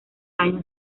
año